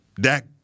Dak